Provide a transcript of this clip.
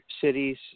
cities